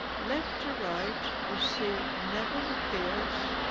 left to right we see neville pearce,